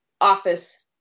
office